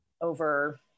over